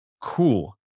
Cool